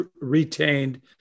retained